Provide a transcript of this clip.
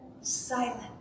silent